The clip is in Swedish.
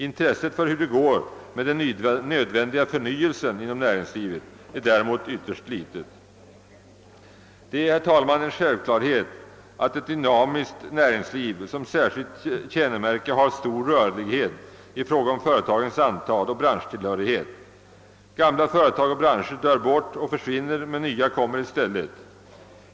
Intresset för hur det går med den nödvändiga förnyelsen inom näringslivet är däremot ytterst litet. Det är en självklarhet att ett dynamiskt näringsliv som särskilt kännemärke har stor rörlighet i fråga om företagens antal och branschtillhörighet. Gamla företag och branscher dör bort och försvinner men nya kommer i stället.